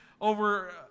over